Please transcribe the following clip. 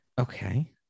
okay